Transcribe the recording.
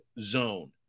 zone